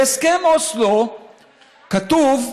בהסכם אוסלו כתוב,